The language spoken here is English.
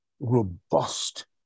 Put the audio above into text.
Robust